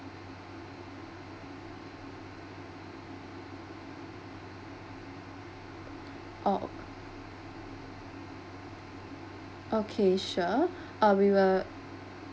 oh okay sure uh we will